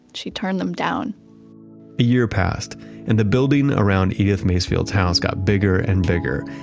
she turned them down a year passed and the building around edith macefield's house got bigger and bigger.